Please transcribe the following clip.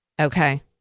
Okay